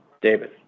David